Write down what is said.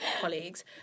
colleagues